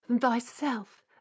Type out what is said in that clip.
thyself